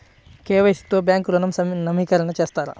KYC తో bank ఋణం నవీకరణ చేస్తారా?